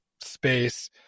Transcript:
space